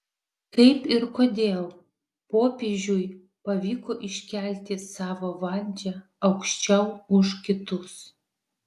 kaip ir kodėl popiežiui pavyko iškelti savo valdžią aukščiau už kitus